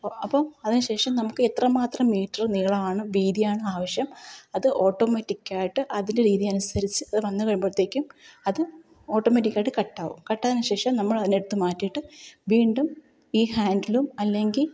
അപ്പോൾ അതിനു ശേഷം നമുക്ക് എത്ര മാത്രം മീറ്റർ നീളമാണ് വീതിയാണ് ആവശ്യം അത് ഓട്ടോമാറ്റിക്കായിട്ട് അതിൻ്റെ രീതി അനുസരിച്ച് അത് വന്നു കഴിയുമ്പോഴത്തേക്കും അത് ഓട്ടോമാറ്റിക്കായിട്ട് കട്ടാവും കട്ടായതിന് ശേഷം നമ്മൾ അതിനെ എടുത്തു മാറ്റിയിട്ട് വീണ്ടും ഈ ഹാൻഡിലും അല്ലെങ്കിൽ